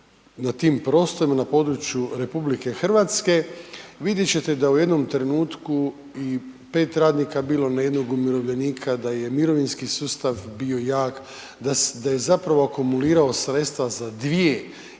na tim prostorima na području RH, vidjet ćete da je u jednom trenutku i 5 radnika bilo na jednog umirovljenika, da je mirovinski sustav bio jako, da je zapravo akumulirao sredstva za 2 ili 3 mirovine